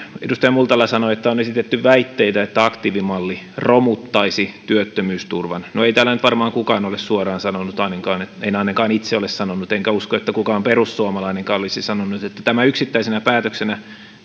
edustaja multala sanoi että on esitetty väitteitä että aktiivimalli romuttaisi työttömyysturvan no ei täällä nyt varmaan kukaan ole suoraan sanonut en ainakaan itse ole sanonut enkä usko että kukaan perussuomalainenkaan olisi sanonut että tämä yksittäisenä päätöksenä